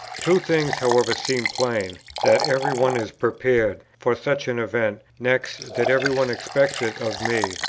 two things, however, seem plain, that every one is prepared for such an event, next, that every one expects it of me.